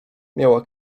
miała